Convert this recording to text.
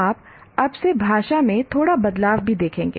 आप अब से भाषा में थोड़ा बदलाव भी देखेंगे